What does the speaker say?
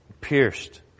pierced